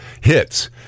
hits